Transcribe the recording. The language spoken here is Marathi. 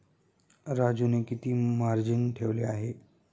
राजूने किती मार्जिन ठेवले आहे?